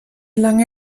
lange